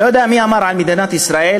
לא יודע מי אמר על מדינת ישראל,